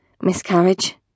miscarriage